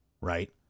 Right